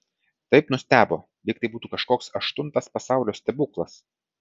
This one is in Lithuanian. taip nustebo lyg tai būtų kažkoks aštuntas pasaulio stebuklas